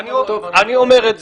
אני אומר.